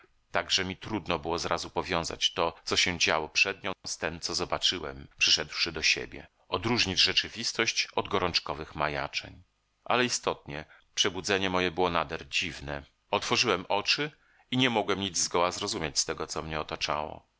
że mi trudno było zrazu powiązać to co się działo przed nią z tem co zobaczyłem przyszedłszy do siebie odróżnić rzeczywistość od gorączkowych majaczeń ale istotnie przebudzenie moje było nader dziwne otworzyłem oczy i nie mogłem nic zgoła zrozumieć z tego co mnie otaczało